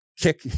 Kick